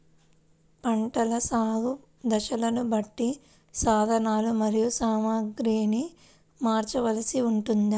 పంటల సాగు దశలను బట్టి సాధనలు మరియు సామాగ్రిని మార్చవలసి ఉంటుందా?